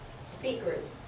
speakers